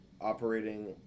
operating